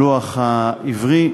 הלוח העברי,